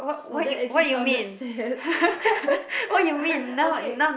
!wow! that actually sounded sad okay